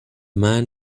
man